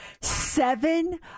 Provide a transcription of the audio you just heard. seven